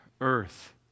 earth